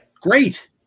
Great